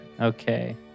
Okay